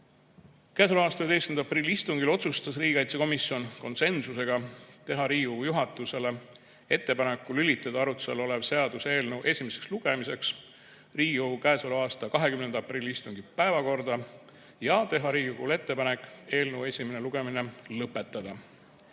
Käesoleva aasta 11. aprilli istungil otsustas riigikaitsekomisjon konsensusega teha Riigikogu juhatusele ettepaneku lülitada arutluse all olev seaduseelnõu esimeseks lugemiseks Riigikogu 20. aprilli istungi päevakorda ja teha Riigikogule ettepaneku eelnõu esimene lugemine lõpetada.